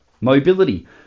Mobility